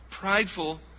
Prideful